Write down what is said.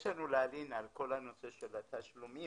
יש לנו להלין על כל נושא התשלומים